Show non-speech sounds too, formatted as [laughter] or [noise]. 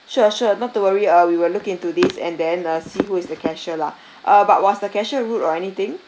sure sure not to worry uh we will look into this and then uh see who is the cashier lah [breath] uh but was the cashier rude or anything